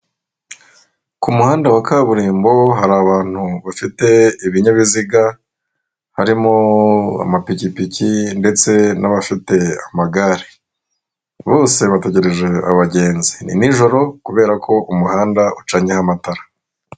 Ku muhanda wa kaburimbo hari abantu bafite ibinyabiziga; harimo amapikipiki ndetse n'abafite amagare; bose bategereje abagenzi; ni nijoro kubera ko umuhanda ucanyeho amatara.